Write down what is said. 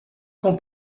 qu’en